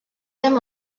them